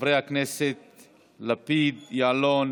חברי הכנסת לפיד, יעלון